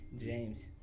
James